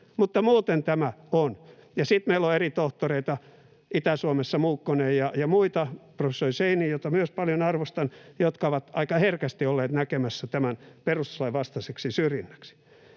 mutta muuten tämä on. Ja sitten meillä on eri tohtoreita, Itä-Suomessa Muukkonen ja muita, professori Scheinin, jota myös paljon arvostan, jotka ovat aika herkästi olleet näkemässä tämän perustuslain vastaiseksi syrjinnäksi.